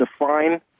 define